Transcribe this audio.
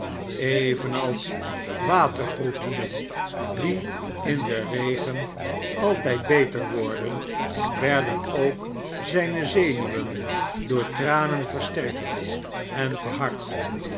evenals waterproef hoeden die in den regen altijd beter worden werden ook zijne zenuwen door tranen versterkt en verhard